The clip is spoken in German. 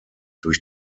durch